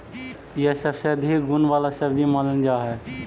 यह सबसे अधिक गुण वाला सब्जी मानल जा हई